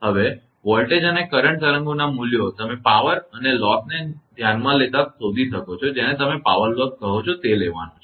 હવે તેથી વોલ્ટેજ અને કરંટ તરંગોનાં મૂલ્યો તમે પાવર અને નુકસાનલોસને ધ્યાનમાં લેતા શોધી શકો છો જેને તમે પાવર લોસ કહો છો તે લેવાનું છે